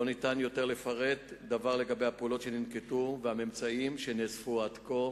לא ניתן לפרט יותר לגבי הפעולות שננקטו והממצאים שנאספו עד כה